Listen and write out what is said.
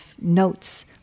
notes